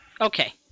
Okay